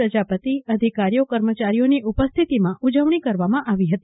પ્રજાપતિઅધિકારીઓકર્મચારીઓની ઉપસ્થિતિમાં ઉજવણી કરવામાં આવી હતી